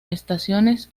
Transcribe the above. estaciones